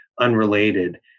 unrelated